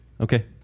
okay